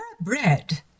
Bread